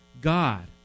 God